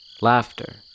Laughter